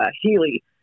Healy